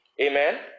Amen